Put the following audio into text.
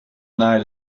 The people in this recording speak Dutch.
naar